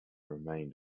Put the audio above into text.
remained